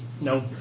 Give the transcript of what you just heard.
No